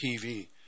TV